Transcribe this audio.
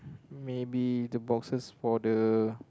maybe the boxes for the